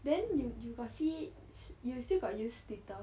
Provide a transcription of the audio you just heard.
then you you got see you still got use Twitter